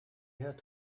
had